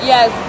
Yes